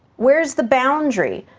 where's the boundary?